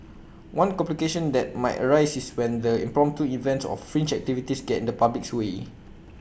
one complication that might arise is when the impromptu events or fringe activities get in the public's way